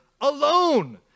alone